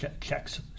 checks